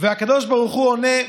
הקדוש ברוך הוא עונה: